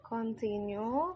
Continue